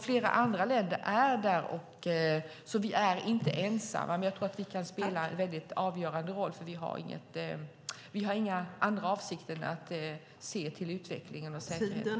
Flera andra länder är alltså där; vi är inte ensamma. Jag tror dock att vi kan spela en väldigt avgörande roll, för vi har inga andra avsikter än att se till utvecklingen och säkerheten.